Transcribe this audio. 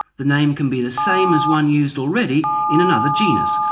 the name can be the same as one used already in another genus,